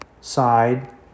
side